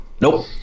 Nope